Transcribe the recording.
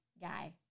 guy